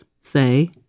say